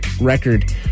record